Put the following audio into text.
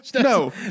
No